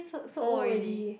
old already